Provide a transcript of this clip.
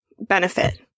benefit